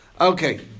Okay